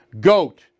GOAT